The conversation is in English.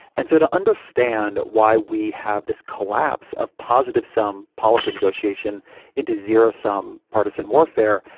and so to understand why we have this collapse of positive some policy negotiation into zero-sum partisan warfare.